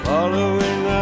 Following